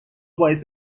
باعث